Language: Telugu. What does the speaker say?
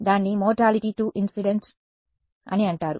దాన్ని మోర్టాలిటీ టు ఇన్సిడెంట్స్ అని అంటారు